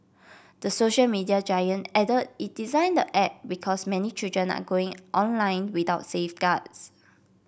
the social media giant added it designed the app because many children are going online without safeguards